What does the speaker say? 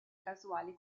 casuale